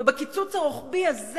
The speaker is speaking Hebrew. ובקיצוץ הרוחבי הזה